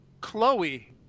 Chloe